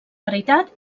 veritat